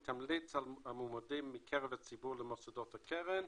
היא תמליץ על המועמדים מקרב הציבור למוסדות הקרן,